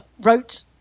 wrote